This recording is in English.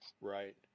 Right